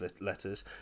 letters